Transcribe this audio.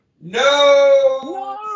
No